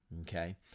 Okay